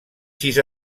sis